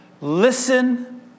listen